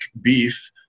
beef